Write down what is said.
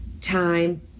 time